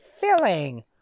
filling